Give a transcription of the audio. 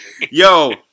Yo